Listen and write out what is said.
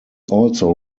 also